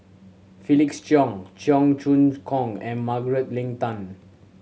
Felix Cheong Cheong Choong Kong and Margaret Leng Tan